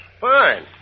Fine